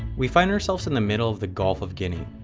we find ourselves in the middle of the gulf of guinea.